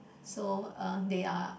so uh they are